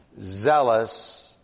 zealous